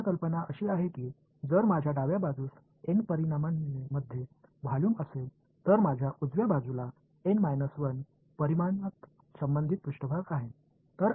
मुख्य कल्पना अशी आहे की जर माझ्या डाव्या बाजूस एन परिमाणांमध्ये व्हॉल्यूम असेल तर माझ्या उजव्या बाजूला एन 1 परिमाणात संबंधित पृष्ठभाग आहे